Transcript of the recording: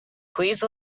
please